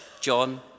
John